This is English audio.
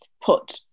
put